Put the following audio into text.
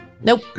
Nope